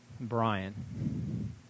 Brian